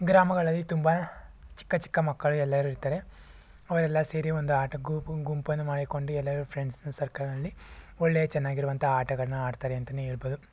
ಗ್ರಾಮಗಳಲ್ಲಿ ತುಂಬ ಚಿಕ್ಕ ಚಿಕ್ಕ ಮಕ್ಕಳು ಎಲ್ಲರೂ ಇರುತ್ತಾರೆ ಅವರೆಲ್ಲ ಸೇರಿ ಒಂದು ಆಟ ಗುಂಪನ್ನು ಮಾಡಿಕೊಂಡು ಎಲ್ಲರೂ ಫ್ರೆಂಡ್ಸ್ ಅನ್ನೋ ಸರ್ಕಲ್ನಲ್ಲಿ ಒಳ್ಳೆ ಚೆನ್ನಾಗಿರುವಂಥ ಆಟಗಳನ್ನ ಆಡ್ತಾರೆ ಅಂತಲೇ ಹೇಳ್ಬಹುದು